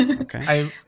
Okay